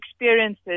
experiences